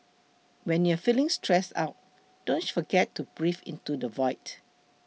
when you are feeling stressed out don't forget to breathe into the void